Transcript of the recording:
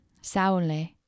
Saule